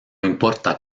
importa